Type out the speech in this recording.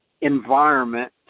environment